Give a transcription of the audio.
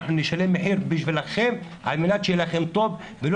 נשלם מחיר בשבילכם על מנת שיהיה לכם טוב ולא